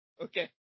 Okay